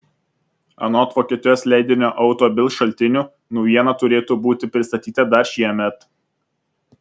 anot vokietijos leidinio auto bild šaltinių naujiena turėtų būti pristatyta dar šiemet